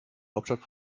hauptstadt